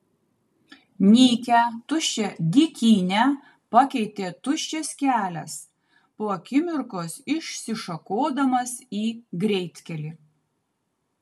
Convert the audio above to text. nykią tuščią dykynę pakeitė tuščias kelias po akimirkos išsišakodamas į greitkelį